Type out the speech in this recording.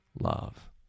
love